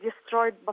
destroyed